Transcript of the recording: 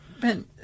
Ben